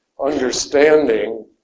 understanding